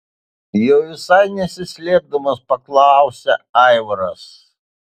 jau visai nesislėpdamas paklausia aivaras